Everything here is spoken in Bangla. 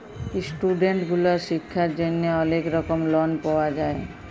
ইস্টুডেন্ট গুলার শিক্ষার জন্হে অলেক রকম লন পাওয়া যায়